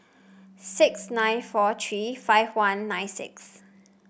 six nine four three five one nine six